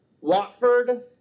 Watford